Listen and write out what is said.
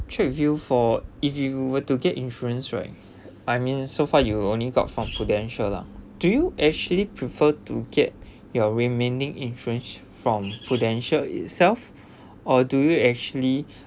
check with you for if you were to get insurance right I mean so far you only got from Prudential lah do you actually prefer to get your remaining insurance from Prudential itself or do you actually